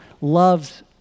loves